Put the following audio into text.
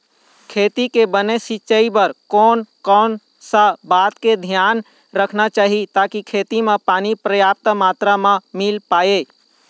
खेती के बने सिचाई बर कोन कौन सा बात के धियान रखना चाही ताकि खेती मा पानी पर्याप्त मात्रा मा मिल पाए?